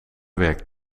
werkt